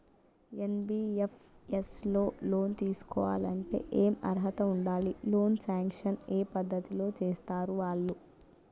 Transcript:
NBFS లో loan తీస్కోవాలంటే ఏం అర్హత ఉండాలి? లోన్ సాంక్షన్ ఏ పద్ధతి లో చేస్తరు వాళ్లు?